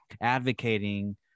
advocating